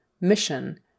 mission